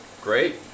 great